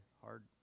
hard